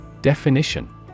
Definition